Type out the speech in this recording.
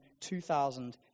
2,000